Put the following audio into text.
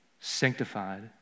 sanctified